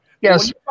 yes